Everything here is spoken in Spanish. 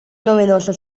novedoso